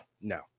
no